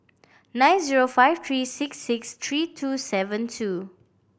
nine zero five three six six three two seven two